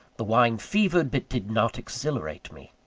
the wine fevered, but did not exhilarate me.